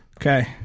Okay